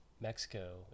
Mexico